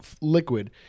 liquid